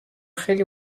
خیلی